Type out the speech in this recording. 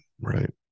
right